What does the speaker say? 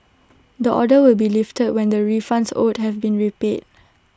the order will be lifted when the refunds owed have been repaid